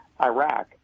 Iraq